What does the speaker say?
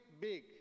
big